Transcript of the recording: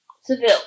Seville